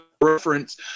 reference